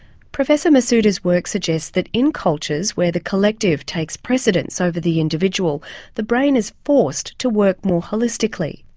professor masuda's work suggests that in cultures where the collective takes precedence over the individual the brain is forced to work more holistically.